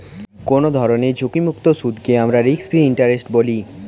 কোনো ধরনের ঝুঁকিমুক্ত সুদকে আমরা রিস্ক ফ্রি ইন্টারেস্ট বলি